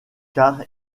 car